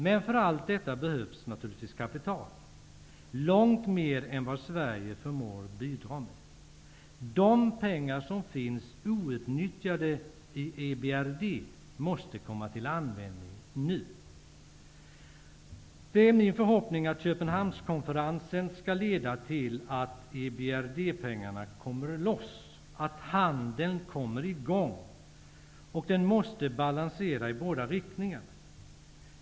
Men för allt detta behövs kapital, långt mer än vad Sverige förmår bidra med. De pengar som finns outnyttjade i EBRD måste komma till användning nu. Det är min förhoppning att Köpenhamnskonferensen skall leda till att EBRD pengarna kommer loss och att handeln kommer i gång. Den måste balansera i båda riktningar.